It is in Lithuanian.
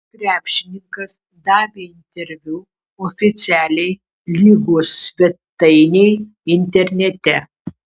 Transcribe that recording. krepšininkas davė interviu oficialiai lygos svetainei internete